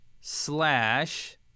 slash